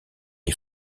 est